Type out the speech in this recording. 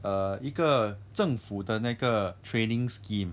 err 一个政府的那个 training scheme